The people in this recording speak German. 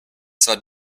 zwar